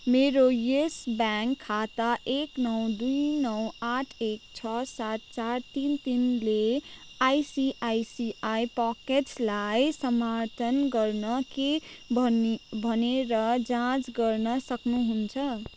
मेरो यस ब्याङ्क खाता एक नौ दुई नौ आठ एक छ सात चार तिन तिन ले आइसिआइसिआई पकेट्सलाई समर्थन गर्न कि भनेर जाँच गर्न सक्नुहुन्छ